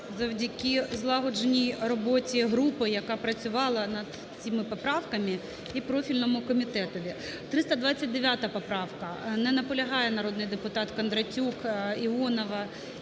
завдяки злагодженій роботі групи, яка працювала над цими поправками, і профільному комітету. 329 поправка. Не наполягає народний депутат Кондратюк, Іонова